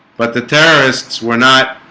but the terrorists were not